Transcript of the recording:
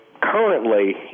currently